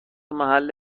محل